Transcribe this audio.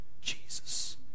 Jesus